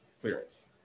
clearance